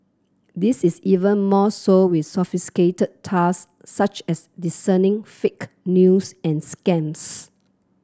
this is even more so with sophisticated task such as discerning fake news and scams